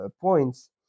points